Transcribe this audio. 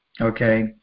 okay